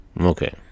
Okay